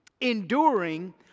enduring